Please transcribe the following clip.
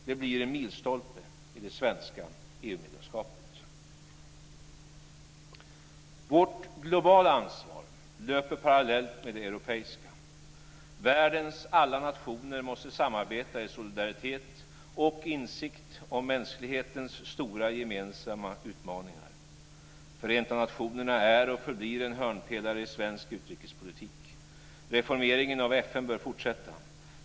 Det blir en milstolpe i det svenska Vårt globala ansvar löper parallellt med det europeiska. Världens alla nationer måste samarbeta i solidaritet och insikt om mänsklighetens stora gemensamma utmaningar. Förenta nationerna är och förblir en hörnpelare i svensk utrikespolitik. Reformeringen av FN bör fortsätta.